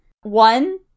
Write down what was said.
one